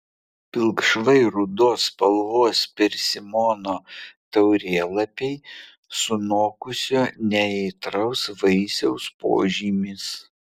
pilkšvai rudos spalvos persimono taurėlapiai sunokusio neaitraus vaisiaus požymis